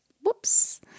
Whoops